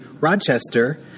Rochester